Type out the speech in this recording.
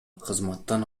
кызматтан